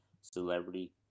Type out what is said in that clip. celebrity